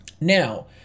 Now